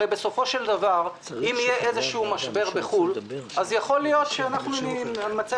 הרי בסופו של דבר אם יהיה איזשהו משבר בחו"ל אז יכול להיות שאנחנו נימצא